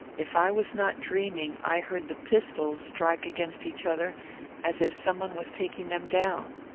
if i was not dreaming, i heard the pistols strike against each other as if some one was taking them down.